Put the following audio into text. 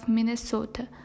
Minnesota